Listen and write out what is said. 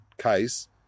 case